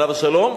עליו השלום,